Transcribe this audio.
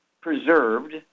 preserved